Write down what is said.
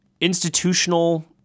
institutional